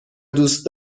دوست